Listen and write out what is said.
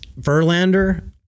Verlander